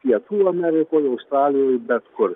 pietų amerikoj australijoj bet kur